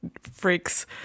freaks